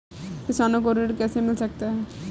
किसानों को ऋण कैसे मिल सकता है?